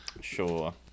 sure